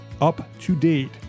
up-to-date